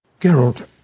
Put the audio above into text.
Geralt